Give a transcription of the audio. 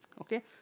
okay